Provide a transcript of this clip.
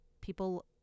People